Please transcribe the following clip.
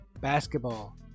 basketball